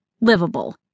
livable